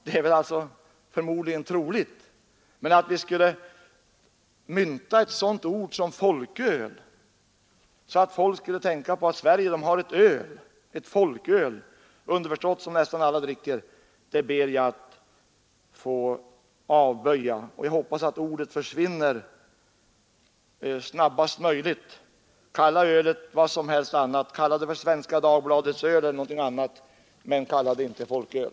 Det är troligt, i vissa fall, men att vi skulle mynta ett sådant ord som folköl — underförstått: Sverige har ett öl som nästan alla dricker — ber jag att få avböja. Jag hoppas att ordet försvinner snabbast möjligt. Kalla ölet vad som helst, kalla det Svenska Dagbladets öl eller någonting annat — men kalla det inte folköl!